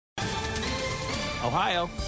Ohio